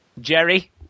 Jerry